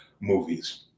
movies